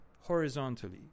horizontally